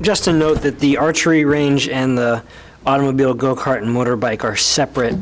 just to know that the archery range and the automobile go cart and motor bike are separate